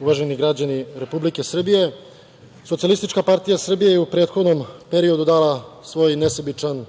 uvaženi građani Republike Srbije, SPS je u prethodnom periodu dala svoj nesebičan